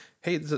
hey